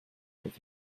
with